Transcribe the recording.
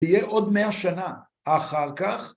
‫תהיה עוד מאה שנה. ‫אחר כך...